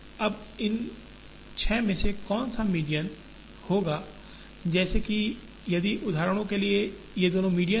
अब इन छह में से कौन सा मीडियन होगा जैसे कि यदि उदाहरण के लिए ये दोनों मीडियन हैं